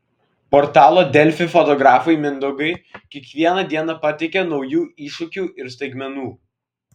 portalo delfi fotografui mindaugui kiekviena diena pateikia naujų iššūkių ir staigmenų